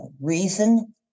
Reason